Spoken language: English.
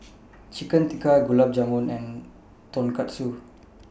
Chicken Tikka Gulab Jamun and Tonkatsu